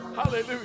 Hallelujah